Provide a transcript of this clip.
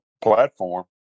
platform